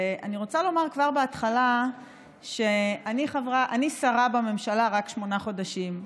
ואני רוצה לומר כבר בהתחלה שאני שרה בממשלה רק שמונה חודשים.